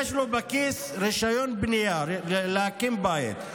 ויש לו בכיס רישיון בנייה להקים בית.